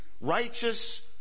righteous